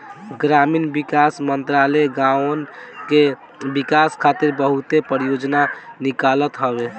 ग्रामीण विकास मंत्रालय गांवन के विकास खातिर बहुते परियोजना निकालत हवे